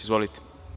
Izvolite.